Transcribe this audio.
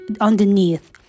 underneath